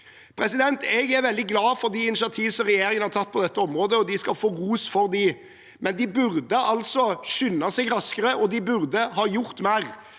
samfunnet. Jeg er veldig glad for de initiativene som regjeringen har tatt på dette området, og de skal få ros for dem, men de burde skynde seg raskere, og de burde ha gjort mer.